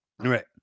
Right